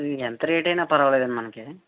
ఎంత రేటైనా పర్వాలేదండీ మనకి